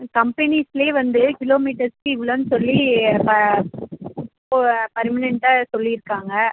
கம்பெனிஸ்சிலே வந்து கிலோ மீட்டர்ஸ்சுக்கு இவ்வளோன்னு சொல்லி பர்மனெண்ட்டாக சொல்லியிருக்காங்க